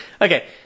Okay